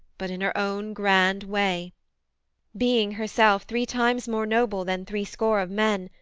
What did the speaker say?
but in her own grand way being herself three times more noble than three score of men,